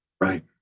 Right